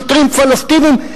שוטרים פלסטינים.